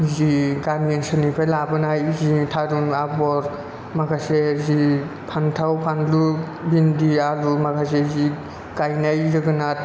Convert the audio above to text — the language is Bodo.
जि गामि ओनसोलनिफ्राय लाबोनाय जि थादुन आबर माखासे जि फान्थाव बानलु भिन्दि आलु माखासे जि गाइनाय जोगोनार